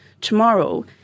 tomorrow